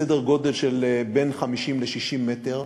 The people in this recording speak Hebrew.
בסדר גודל של בין 50 ל-60 מטר,